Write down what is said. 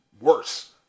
worse